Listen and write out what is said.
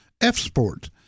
F-Sport